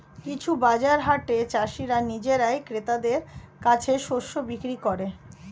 কিছু বাজার হাটে চাষীরা নিজেরাই ক্রেতাদের কাছে শস্য বিক্রি করেন